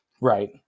Right